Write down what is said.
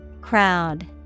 Crowd